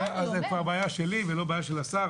זו כבר בעיה שלי ולא בעיה של השר,